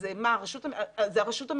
זה הרשות המקומית.